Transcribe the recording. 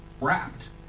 wrapped